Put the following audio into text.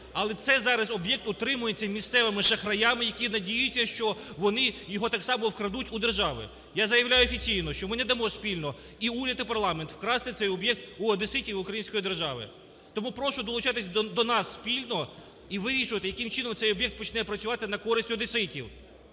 Але цей зараз об'єкт утримується місцевими шахраями, які надіються, що вони його так само вкрадуть у держави. Я заявляю офіційно, що ми не дамо спільно, і уряд і парламент, украсти цей об'єкт в одеситів і української держави. Тому прошу долучатися до нас спільно і вирішувати, яким чином цей об'єкт почне працювати на користь одеситів,